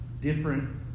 different